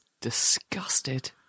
disgusted